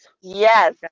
Yes